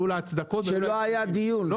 לא התקיים עליה דיון.